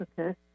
Okay